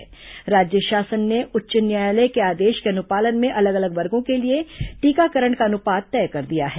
वहीं राज्य शासन ने उच्च न्यायालय के आदेश के अनुपालन में अलग अलग वर्गो के लिए टीकाकरण का अनुपात तय कर दिया है